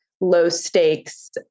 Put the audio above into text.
low-stakes